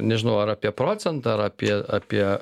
nežinau ar apie procentą ar apie apie